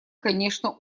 конечно